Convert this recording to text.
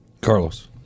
Carlos